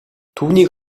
түүнийг